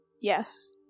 Yes